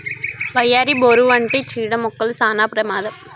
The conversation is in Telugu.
వయ్యారి, బోరు వంటి చీడ మొక్కలు సానా ప్రమాదం